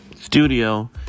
studio